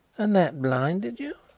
and that blinded you?